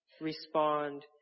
respond